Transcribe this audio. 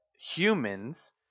humans